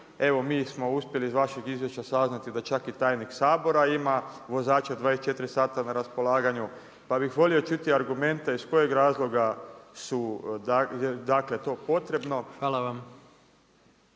Evo, mi smo uspjeli iz vašeg izvješća saznati da čak i tajnik Sabora ima vozača 24 sata na raspolaganju, pa bi volio čuti argumente iz kojeg razloga je to potrebno.